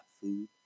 food